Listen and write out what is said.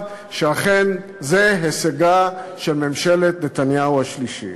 שאכן זה הישגה של ממשלת נתניהו השלישית.